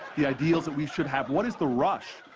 the ideals that we should have. what is the rush?